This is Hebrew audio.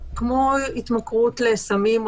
כמו התמכרות לסמים,